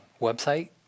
website